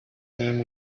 name